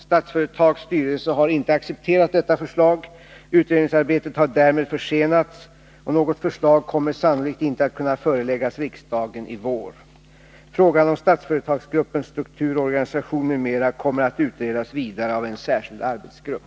Statsföretags styrelse har inte accepterat detta förslag. Utredningsarbetet har därmed försenats, och något förslag kommer sannolikt inte att kunna föreläggas riksdagen i vår. Frågan om Statsföretagsgruppens struktur och organisation m.m. kommer att utredas vidare av en särskild arbetsgrupp.